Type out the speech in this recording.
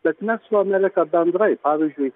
bet mes su amerika bendrai pavyzdžiui